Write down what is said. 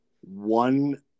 one